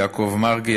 יעקב מרגי,